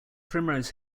primrose